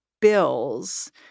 bills